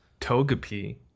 Togepi